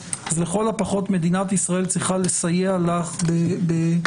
אז לכל הפחות מדינת ישראל צריכה לסייע לך בחיים